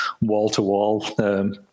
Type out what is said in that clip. wall-to-wall